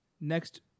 Next